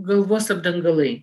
galvos apdangalai